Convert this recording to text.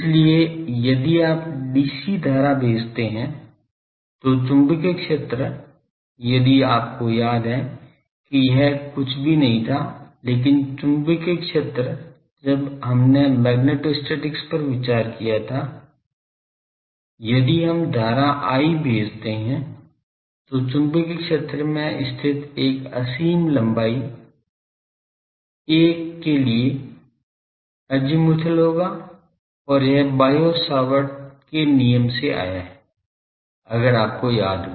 इसलिए यदि आप dc धारा भेजते हैं तो चुंबकीय क्षेत्र यदि आपको याद है कि यह कुछ भी नहीं था लेकिन चुंबकीय क्षेत्र जब हमने मैग्नेटोस्टैटिक्स पर विचार किया था यदि हम धारा I भेजते हैं तो चुंबकीय क्षेत्र में स्थित एक असीम लंबाई l के लिए अज़ीमुथल होगा और यह बायो सावर्त के नियम से आया है अगर आपको याद हो